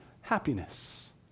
happiness